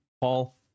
Paul